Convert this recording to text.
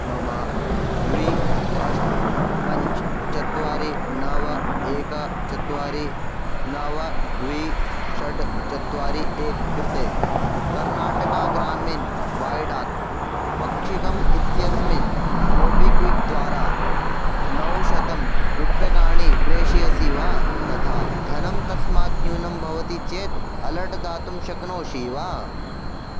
मम द्वि अष्ट पञ्च चत्वारि नव एकं चत्वारि नव द्वि षड् चत्वारि एकं कृते कर्नाटका ग्रामीण बैडाक् पक्षिकम् इत्यस्मिन् मोबिक्विक् द्वारा नवशतं रूप्यकाणि प्रेषयसि वा तथा धनं तस्मात् न्यूनं भवति चेद् अलर्ट् दातुं शक्नोषि वा